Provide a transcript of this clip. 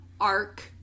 arc